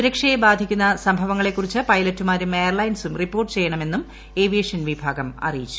സുരക്ഷത്യ ബാധിക്കുന്ന സംഭവങ്ങളെക്കുറിച്ച് പൈലറ്റുമാരും എയർലൈൻസും റിപ്പോർട്ട് ചെയ്യണമെന്നും ഏവിയേഷൻ വിഭാഗം അറിയിച്ചു